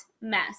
mess